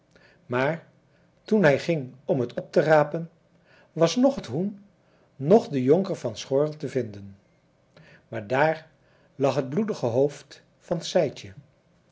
maar toen hij ging om het op te rapen was noch het hoen noch de jonker van schoorl te vinden maar daar lag het bloedige hoofd van sijtje